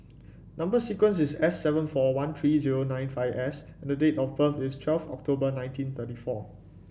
number sequence is S seven four one three zero nine five S and date of birth is twelve October nineteen thirty four